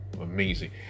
amazing